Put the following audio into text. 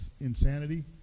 insanity